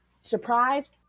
surprised